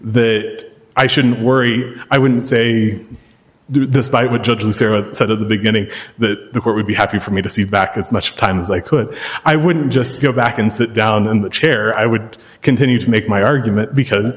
that i shouldn't worry i wouldn't say despite what judge and sarah said of the beginning that the court would be happy for me to see back as much time as i could i wouldn't just go back and sit down and the chair i would continue to make my argument because